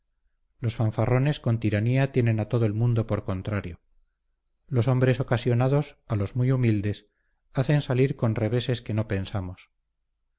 los fanfarrones con tiranía tienen a todo el mundo por contrario los hombres ocasionados a los muy humildes hacen salir con reveses que no pensamos